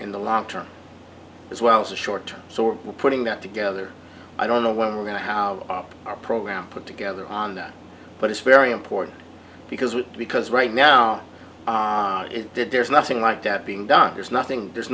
in the long term as well as the short term so we're putting that together i don't know when we're going to have our program put together on that but it's very important because because right now it did there's nothing like that being done there's nothing there's